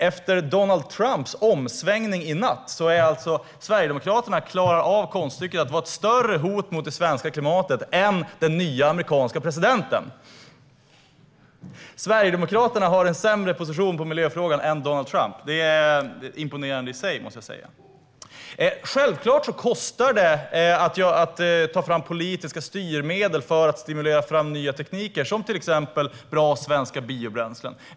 Efter Donald Trumps omsvängning i natt lyckas alltså Sverigedemokraterna med konststycket att vara ett större hot mot det svenska klimatet än den nye amerikanske presidenten. Sverigedemokraterna har en sämre position i miljöfrågan än Donald Trump. Det är imponerande i sig, måste jag säga. Självklart kostar det att ta fram politiska styrmedel för att stimulera fram nya tekniker som till exempel bra svenska biobränslen.